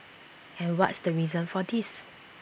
and what's the reason for this